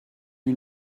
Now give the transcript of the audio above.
you